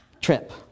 trip